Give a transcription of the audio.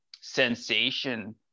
sensation